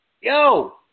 Yo